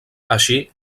així